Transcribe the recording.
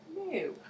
No